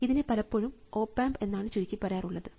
ഇതിനെ പലപ്പോഴും op amp എന്നാണ് ചുരുക്കി പറയാറുള്ളത്